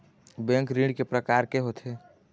Bank ऋण के प्रकार के होथे?